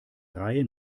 reihe